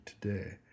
today